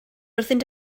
wrthynt